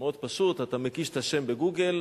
מאוד פשוט: אתה מקיש את השם ב"גוגל".